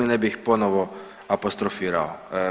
Ne bi ih ponovo apostrofirao.